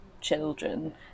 children